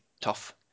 Tough